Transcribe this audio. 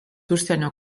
užsienio